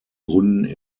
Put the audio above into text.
gründen